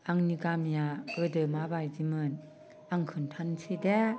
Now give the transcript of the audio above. आंनि गामिया गोदो माबायदिमोन आं खोन्थानोसै दे